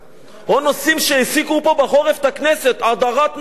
או נושאים שהעסיקו פה בחורף את הכנסת, הדרת נשים.